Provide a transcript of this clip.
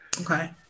Okay